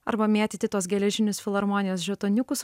arba mėtyti tuos geležinius filharmonijos žetoniukus